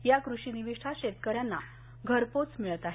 या कृषी निविष्ठा शेतकऱ्यांना घरपोच मिळत आहेत